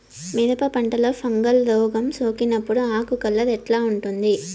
మిరప పంటలో ఫంగల్ రోగం సోకినప్పుడు ఆకు కలర్ ఎట్లా ఉంటుంది?